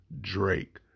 Drake